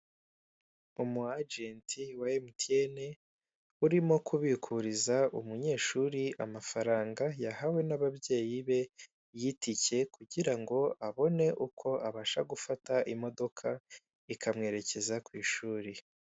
Umu Ajenti wa MTN, urimo kubikuriza umunyeshuri amafaranga yahawe n'ababyeyi be, y'itike, kugira ngo abashe gufata imodoka ikamwerekeza ku ishuri.